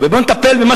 ושבו בנים לגבולם.